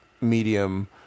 medium